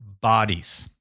bodies